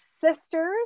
sisters